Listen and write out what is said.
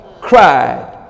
cried